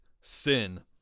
Sin